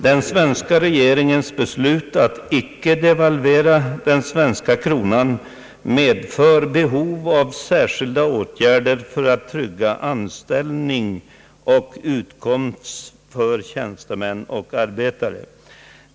Den svenska regeringens beslut att icke devalvera den svenska kronan medför behov av särskilda åtgärder för att trygga anställning och utkomst för tjänstemän och arbetare.